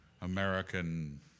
American